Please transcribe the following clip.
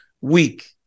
week